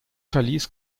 verließ